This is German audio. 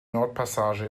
nordpassage